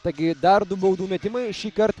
taigi dar du baudų metimai šįkart